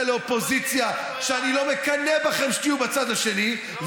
לאופוזיציה שאני לא מקנא בכם כשתהיו בצד השני.